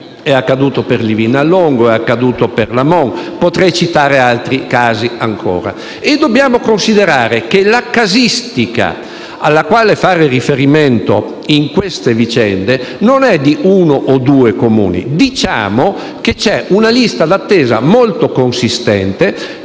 degli anni: per Livinallongo, per Lamon e potrei citare altri casi ancora. Dobbiamo considerare che la casistica alla quale fare riferimento in queste vicende non è di uno o due Comuni; diciamo che c'è una lista d'attesa molto consistente,